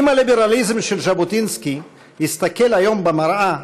אם הליברליזם של ז'בוטינסקי יסתכל היום במראה,